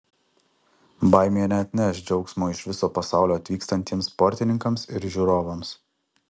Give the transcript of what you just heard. baimė neatneš džiaugsmo iš viso pasaulio atvykstantiems sportininkams ir žiūrovams